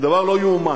הדבר לא ייאמן.